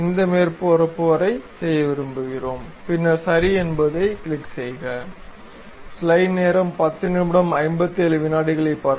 இந்த மேற்பரப்பு வரை செய்ய்ய விரும்புகிறோம் பின்னர் சரி என்பதைக் கிளிக் செய்க